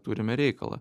turime reikalą